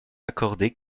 accordée